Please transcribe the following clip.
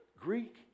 Greek